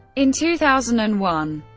in two thousand and one,